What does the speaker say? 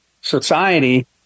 society